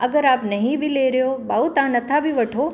अगरि आप नही बि लेरे हो भाउं तव्हां नथा बि वठो